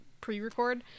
pre-record